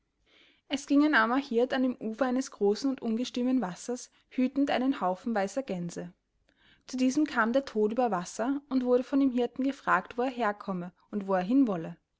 es ging ein armer hirt an dem ufer eines großen und ungestümen wassers hütend einen haufen weißer gänse zu diesem kam der tod über wasser und wurde von dem hirten gefragt wo er herkomme und wo er